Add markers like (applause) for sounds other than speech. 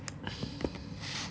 (noise)